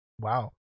Wow